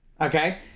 Okay